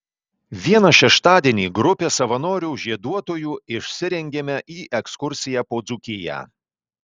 vieną šeštadienį grupė savanorių žieduotojų išsirengėme į ekskursiją po dzūkiją